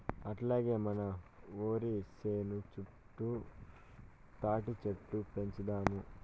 అట్టాగే మన ఒరి సేను చుట్టూ తాటిచెట్లు పెంచుదాము